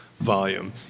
volume